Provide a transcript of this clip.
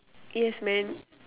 yes man